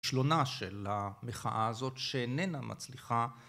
כישלונה של המחאה הזאת שאיננה מצליחה